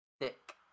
Thick